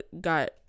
got